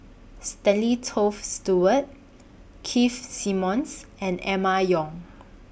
Stanley Toft Stewart Keith Simmons and Emma Yong